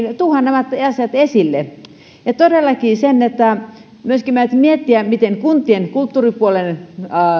tuodaan nämä asiat esille todellakin myöskin meidän pitäisi miettiä miten kuntien kulttuuripuolen